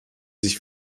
sich